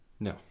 No